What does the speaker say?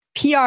PR